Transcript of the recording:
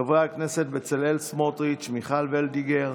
חברי הכנסת בצלאל סמוטריץ, מיכל וולדיגר,